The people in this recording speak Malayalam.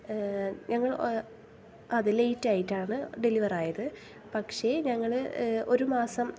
ഞങ്ങൾ അതെ ലേറ്റായിട്ടാണ് ഡെലിവറായത് പക്ഷേ ഞങ്ങൾ ഒരു മാസം